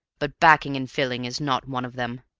but backing and filling is not one of them.